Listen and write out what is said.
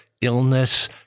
illness